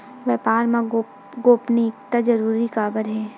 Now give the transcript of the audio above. व्यापार मा गोपनीयता जरूरी काबर हे?